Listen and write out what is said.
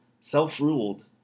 self-ruled